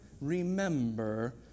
remember